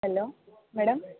hello madam